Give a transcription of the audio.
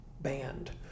band